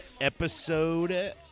episode